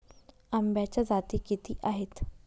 आंब्याच्या जाती किती आहेत?